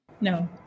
No